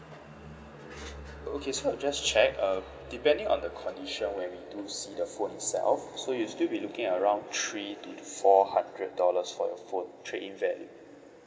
o~ okay so I just checked um depending on the condition when we do see the phone itself so you'll still be looking around three to to four hundred dollars for your phone trade in value